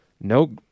no